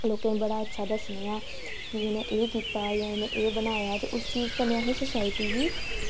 लोकेें बड़ा अच्छा दस्सने आं कि इनैं एह् कीता जां इनें एह् बनाया ते उस चीज़ कन्नै असें सोसाईटी गी